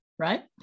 right